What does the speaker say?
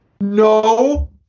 No